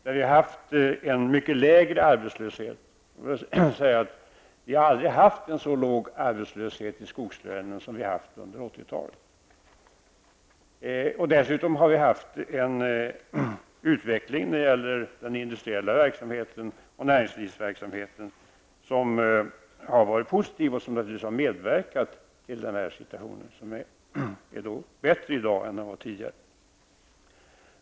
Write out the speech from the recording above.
Det har varit en mycket lägre arbetslöshet. Vi har aldrig haft en så låg arbetslöshet i skogslänen som vi haft under 80-talet. Dessutom har utvecklingen av den industriella verksamheten och näringslivsverksamheten varit positiv, vilket naturligtvis har medverkat till att situationen i dag är bättre än den varit tidigare.